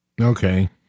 Okay